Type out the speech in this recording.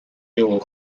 yellow